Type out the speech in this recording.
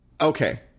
Okay